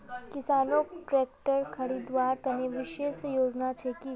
किसानोक ट्रेक्टर खरीदवार तने विशेष योजना छे कि?